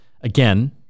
again